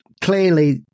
clearly